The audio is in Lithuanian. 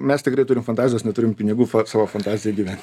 mes tikrai turim fantazijos neturim pinigų fa savo fantazijai įgyvendint